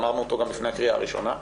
אמרנו אותו גם לפני הקריאה הראשונה,